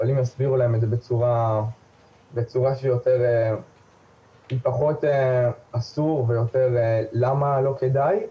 אבל אם יסבירו להם את זה בצורה של פחות אסור ויותר למה לא כדאי,